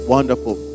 Wonderful